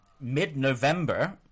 mid-November